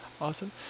awesome